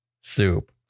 soup